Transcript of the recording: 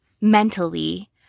mentally